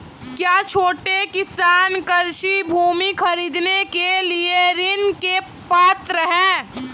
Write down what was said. क्या छोटे किसान कृषि भूमि खरीदने के लिए ऋण के पात्र हैं?